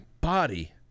body